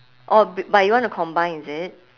orh b~ but you wanna combine is it